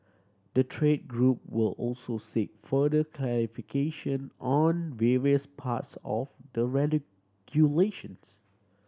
the trade group will also seek further clarification on various parts of the